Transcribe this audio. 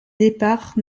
départ